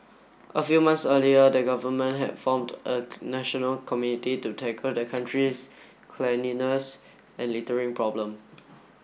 a few months earlier the government had formed a national community to tackle the country's cleanliness and littering problem